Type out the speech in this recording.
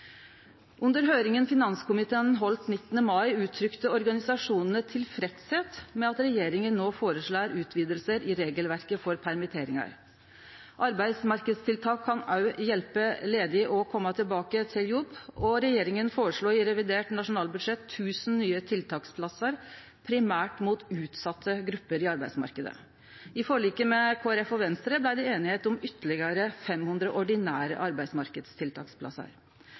Under høyringa som finanskomiteen heldt 19. mai, uttrykte organisasjonane tilfredsheit med at regjeringa no føreslår utvidingar i regelverket for permitteringar. Arbeidsmarknadstiltak kan òg hjelpe ledige med å kome tilbake til jobb, og regjeringa føreslo i revidert nasjonalbudsjett 1 000 nye tiltaksplassar primært mot utsette grupper i arbeidsmarknaden. I forliket med Kristelig Folkeparti og Venstre blei det einigheit om ytterlegare 500 ordinære